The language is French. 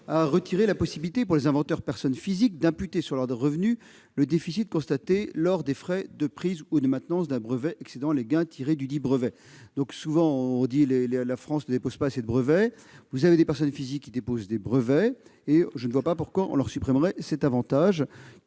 a retiré la possibilité pour les inventeurs- je parle des personnes physiques -d'imputer sur leurs revenus le déficit constaté lors des frais de prise ou de maintenance d'un brevet excédant les gains tirés dudit brevet. On dit souvent que la France ne dépose pas assez de brevets. Pourtant, certaines personnes physiques en déposent, et je ne vois pas pourquoi on leur supprimerait un avantage